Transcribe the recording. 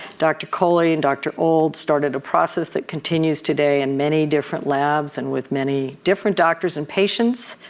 dr. coley and dr. old started a process that continues today in many different labs and with many different doctors and patients.